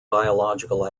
biological